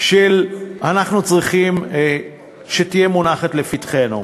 שאנחנו צריכים שיהיה מונח לפתחנו.